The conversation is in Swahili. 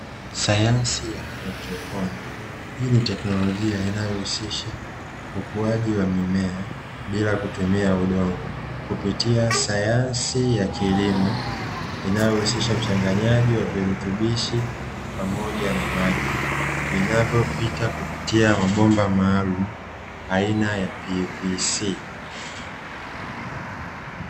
Sayansi ya haidroponi, hii ni teknolojia inayohusisha ukuaji wa mimea bila kutumia udongo, kupitia sayansi ya kilimo inayohusisha uchanganyaji wa virutubishi pamoja na maji, vinavyopita kupitia mabomba maalumu aina ya PVC.